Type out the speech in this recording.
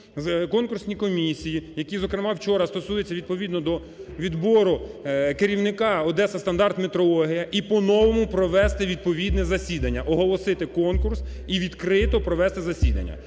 конкурсні комісії, які, зокрема, вчора, стосується відповідно до відбору керівника "Одесастандартметрологія" і по-новому провести відповідне засідання, голосити конкурс і відкрито провести засідання.